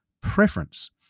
preference